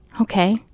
okay.